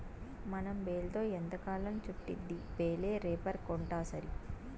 మనం బేల్తో ఎంతకాలం చుట్టిద్ది బేలే రేపర్ కొంటాసరి